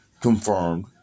confirmed